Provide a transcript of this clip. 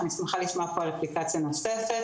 אני שמחה לשמוע פה על אפליקציה נוספת,